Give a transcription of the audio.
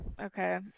okay